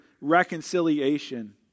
reconciliation